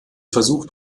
versucht